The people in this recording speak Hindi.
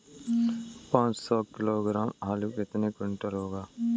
पाँच सौ किलोग्राम आलू कितने क्विंटल होगा?